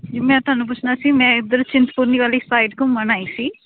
ਮੈਂ ਤੁਹਾਨੂੰ ਪੁੱਛਣਾ ਸੀ ਮੈਂ ਇੱਧਰ ਚਿੰਤਪੁਰਨੀ ਵਾਲੀ ਸਾਈਡ ਘੁੰਮਣ ਆਈ ਸੀ